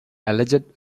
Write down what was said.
alleged